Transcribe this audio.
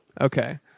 Okay